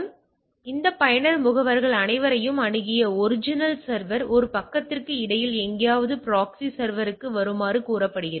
எனவே இந்த பயனர் முகவர்கள் அனைவரையும் அணுகிய ஒரிஜினல் சர்வர் ஒரு பக்கத்திற்கு இடையில் எங்காவது இந்த ப்ராக்ஸி சர்வருக்கு வருமாறு கோரப்படுகிறது